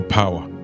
power